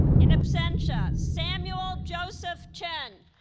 in absentia samuel joseph chen